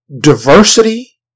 diversity